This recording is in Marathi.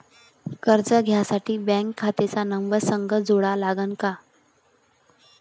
कर्ज घ्यासाठी बँक खात्याचा नंबर संग जोडा लागन का?